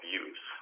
use